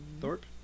Thorpe